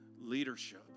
leadership